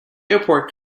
airport